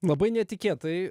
labai netikėtai